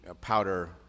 powder